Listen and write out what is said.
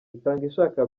itangishaka